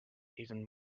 even